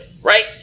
right